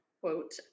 quote